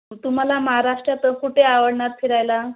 तुम्हाला महाराष्ट्रात कुठे आवडणार फिरायला